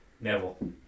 Neville